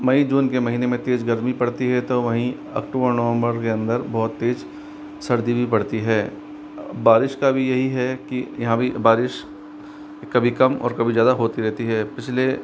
मई जून के महीने में तेज़ गर्मी पड़ती है तो वहीं अक्टूबर नवम्बर के अंदर बहुत तेज़ सर्दी भी पड़ती है बारिश का भी यही है कि यहाँ भी बारिश कभी कम और कभी ज़्यादा होती रहती है पिछले